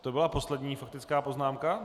To byla poslední faktická poznámka.